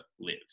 live